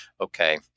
okay